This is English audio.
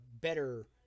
better